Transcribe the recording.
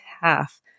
half